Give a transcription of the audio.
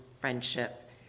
friendship